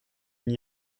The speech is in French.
n’y